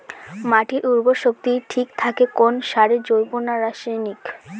মাটির উর্বর শক্তি ঠিক থাকে কোন সারে জৈব না রাসায়নিক?